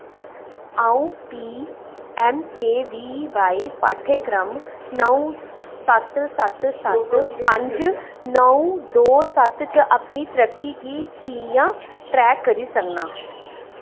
आऊं P M K V Y पाठ्यक्रम नौ सत्त सत्त सत्त पंज नौ दो सत्त च अपनी तरक्की गी कि'यां ट्रैक करी सकनां